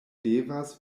devas